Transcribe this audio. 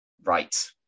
Right